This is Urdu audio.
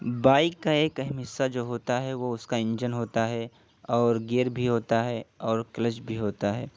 بائک کا ایک اہم حصہ جو ہوتا ہے وہ اس کا انجن ہوتا ہے اور گیئر بھی ہوتا ہے اور کلچ بھی ہوتا ہے